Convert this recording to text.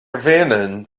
venom